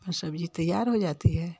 और सब्ज़ी तैयार हो जाती है